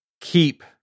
keep